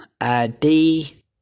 ID